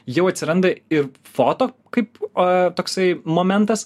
jau atsiranda ir foto kaip toksai momentas